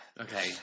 Okay